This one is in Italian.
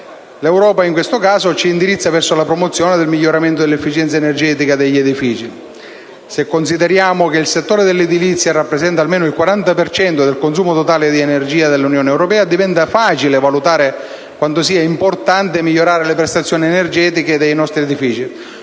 L'Europa in questo caso ci indirizza verso la promozione del miglioramento dell'efficienza energetica degli edifici. Se consideriamo che il settore dell'edilizia rappresenta almeno il 40 per cento del consumo totale dell'energia dell'Unione europea, diventa facile valutare quanto sia importante migliorare le prestazioni energetiche dei nostri edifici,